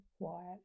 quiet